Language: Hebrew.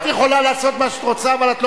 את יכולה לעשות מה שאת רוצה אבל את לא